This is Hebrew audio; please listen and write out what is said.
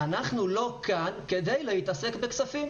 אנחנו לא כאן כדי להתעסק בכספים.